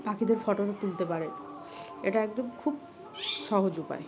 পাখিদের ফটো তুলতে পারে এটা একদম খুব সহজ উপায়